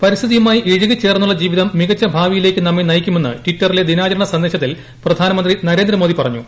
പരിസ്ഥിതിയുമായി ഇഴുകിച്ചേർന്നുള്ള ജീവിതം മികച്ച ഭാവിയിലേക്ക് നമ്മെ നയിക്കുമെന്ന് ടിറ്ററിലെ ദിനാചരണ സന്ദേശത്തിൽ പ്രധാനമന്ത്രി നരേന്ദ്രമോദി പറഞ്ഞു